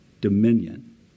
dominion